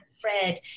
Fred